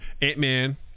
Ant-Man